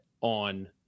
on